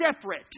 separate